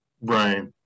Right